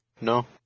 No